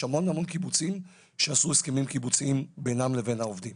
יש המון קיבוצים שעשו הסכמים קיבוציים בינם לבין העובדים.